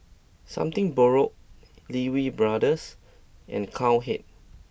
something Borrowed Lee Wee Brothers and Cowhead